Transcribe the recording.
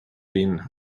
been